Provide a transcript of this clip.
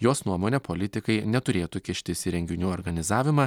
jos nuomone politikai neturėtų kištis į renginių organizavimą